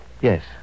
Yes